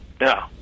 No